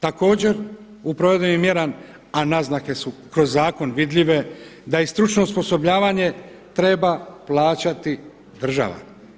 Također u provedbenim mjerama, a naznake su kroz zakon vidljive da stručno osposobljavanje treba plaćati država.